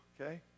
Okay